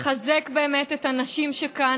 לחזק את הנשים שכאן,